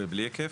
בלי היקף?